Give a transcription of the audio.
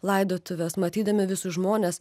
laidotuves matydami visus žmones